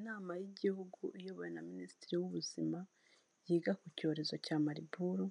Inama y'igihugu iyobowe na Minisitiri w'Ubuzima yiga ku cyorezo cya Marburg,